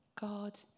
God